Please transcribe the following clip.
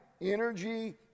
energy